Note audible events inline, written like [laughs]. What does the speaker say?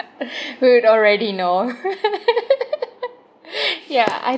[laughs] who'd already know [laughs] ya I